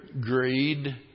greed